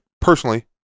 Personally